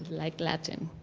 like latin.